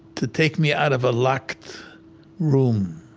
to take me out of a locked room